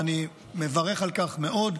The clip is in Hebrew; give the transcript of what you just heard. ואני מברך על כך מאוד,